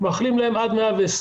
מאחלים להם עד 120,